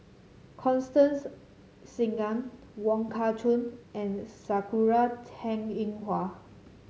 Constance Singam Wong Kah Chun and Sakura Teng Ying Hua